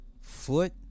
Foot